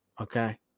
okay